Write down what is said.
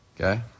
Okay